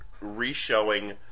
re-showing